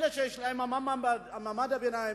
אלה שיש להם, מעמד הביניים,